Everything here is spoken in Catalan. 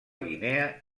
guinea